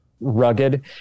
rugged